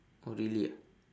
oh really ah